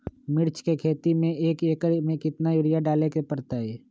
मिर्च के खेती में एक एकर में कितना यूरिया डाले के परतई?